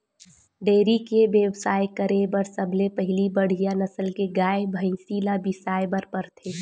dairy के बेवसाय करे बर सबले पहिली बड़िहा नसल के गाय, भइसी ल बिसाए बर परथे